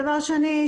דבר שני,